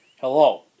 Hello